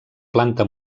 planta